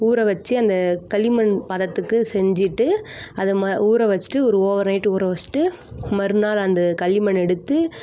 ஊற வச்சு அந்த களிமண் பதத்துக்கு செஞ்சுட்டு அந்த ம ஊற வச்சுட்டு ஒரு ஓவர் நைட்டுக்கு ஊற வச்சுட்டு மறுநாள் அந்த களிமண்ணை எடுத்து